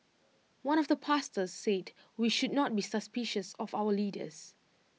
one of the pastors said we should not be suspicious of our leaders